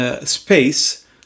space